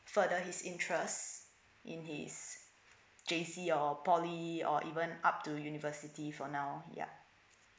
further his interest in his J_C or poly or even up to university for now ya